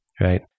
right